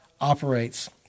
operates